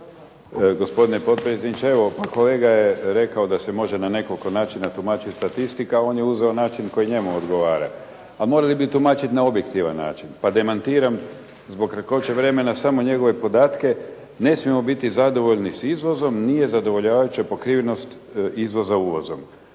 lijepa gospodine potpredsjedniče. Evo, pa kolega je rekao da se može na nekoliko načina tumačiti statistika a on je uzeo način koji njemu odgovara, a mogli bi tumačiti na objektivan način pa demantiram zbog kratkoće vremena samo njegove podatke. Ne smijemo biti zadovoljni s izvozom, nije zadovoljavajuća pokrivenost izvoza uvozom.